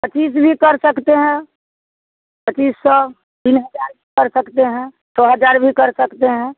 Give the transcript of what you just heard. पचीस भी कर सकते हैं पचीस सौ तीन हज़ार कर सकते हैं छः हज़ार भी कर सकते हैं